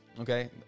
Okay